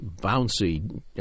bouncy